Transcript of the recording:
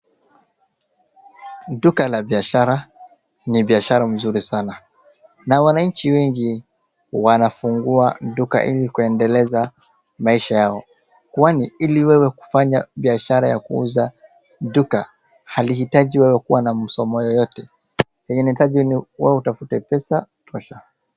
Duka la biashara ni biashara mzuri sana na wananchi wengi wanafungua duka ili kuendeleza maisha yao. Kwani ili wewe kufanya biashara ya kuuza duka halihitaji wewe kuwa na masomo yoyote kenye inahitaji ni wewe utafute pesa tosha.